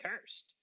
cursed